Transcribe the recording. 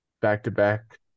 back-to-back